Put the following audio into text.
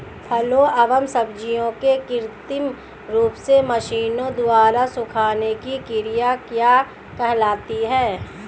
फलों एवं सब्जियों के कृत्रिम रूप से मशीनों द्वारा सुखाने की क्रिया क्या कहलाती है?